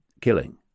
killing